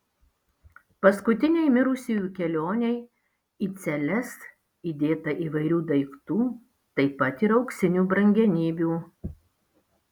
paskutinei mirusiųjų kelionei į celes įdėta įvairių daiktų taip pat ir auksinių brangenybių